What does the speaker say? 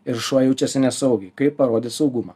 ir šuo jaučiasi nesaugiai kaip parodyt saugumą